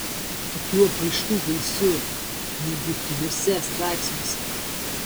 tokių apraiškų gausu neobjektyviuose straipsniuose